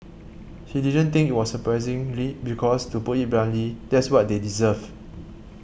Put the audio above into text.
he didn't think it was surprisingly because to put it bluntly that's what they deserve